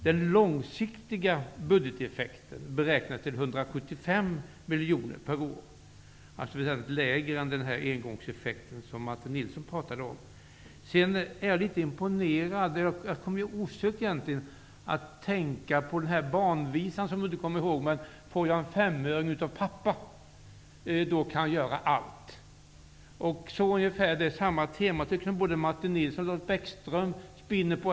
Den långsiktiga budgeteffekten beräknas till 175 miljoner kronor per år, vilket är lägre än den engångseffekt som Jag kom osökt att tänka på barnvisan Om pappa ville ge mig en femöring, så skulle jag köpa allt. Det är ungefär samma tema som både Martin Nilsson och Lars Bäckström spinner på.